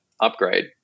upgrade